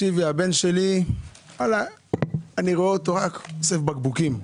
הבן שלי רק אוסף בקבוקים.